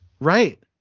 Right